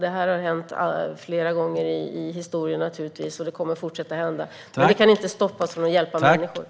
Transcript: Detta har hänt flera gånger i historien, och det kommer att fortsätta hända, men det kan inte stoppa oss från att hjälpa människor.